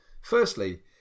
Firstly